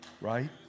Right